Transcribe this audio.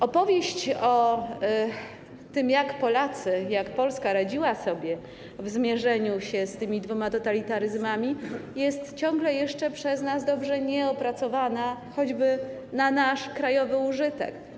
Opowieść o tym, jak Polacy radzili sobie, jak Polska radziła sobie w zmierzeniu się z tymi dwoma totalitaryzmami, jest ciągle jeszcze przez nas dobrze nieopracowana, choćby na nasz krajowy użytek.